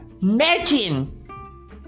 Megan